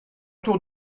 tour